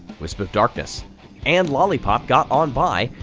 wisp of darkness and lollipop got on by,